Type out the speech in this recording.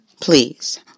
Please